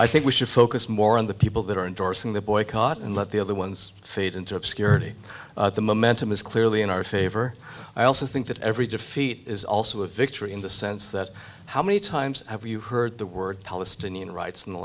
i think we should focus more on the people that are endorsing the boycott and let the other ones fade into obscurity the momentum is clearly in our favor i also think that every defeat is also a victory in the sense that how many times have you heard the word palestinian rights in the